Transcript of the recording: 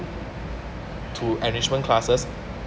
to enrichment classes